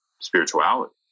spirituality